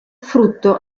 frutto